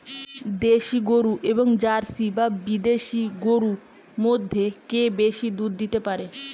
দেশী গরু এবং জার্সি বা বিদেশি গরু মধ্যে কে বেশি দুধ দিতে পারে?